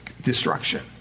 destruction